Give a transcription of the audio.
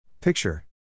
Picture